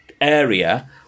area